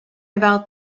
about